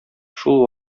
шул